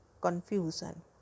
confusion